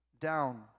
down